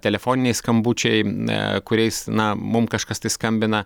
telefoniniai skambučiai aa kuriais na mum kažkas tai skambina